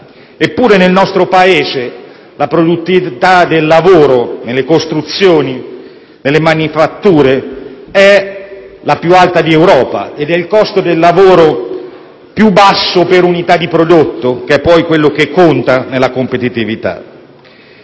Eppure nel nostro Paese la produttività del lavoro nei settori delle costruzioni e delle manifatture è la più alta d'Europa, con un costo del lavoro che è il più basso per unità di prodotto, che poi è quello che conta nella competitività.